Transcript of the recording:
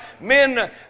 men